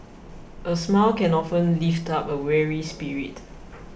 a smile can often lift up a weary spirit